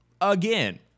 again